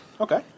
Okay